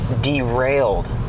derailed